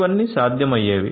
ఇవన్నీ సాధ్యమయ్యేవి